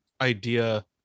idea